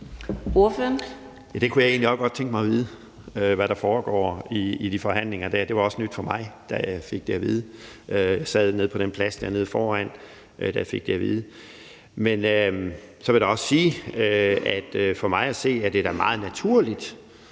det kunne jeg egentlig også godt tænke mig at vide, altså hvad der foregår i de forhandlinger dér. Det var også nyt for mig, da jeg fik det at vide. Jeg sad nede på den plads dernede foran, da jeg fik det at vide. Men så vil jeg da også sige, at for mig at se er det da meget naturligt,